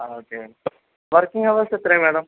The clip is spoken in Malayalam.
ആ ഓക്കെ മാഡം വർക്കിംഗ് അവേഴ്സ് എത്രയാണ് മാഡം